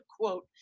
quote